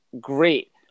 great